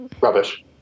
rubbish